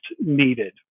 needed